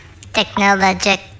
technologic